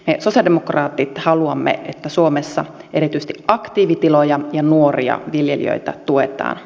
me sosialidemokraatit haluamme että suomessa erityisesti aktiivitiloja ja nuoria viljelijöitä tuetaan